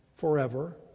forever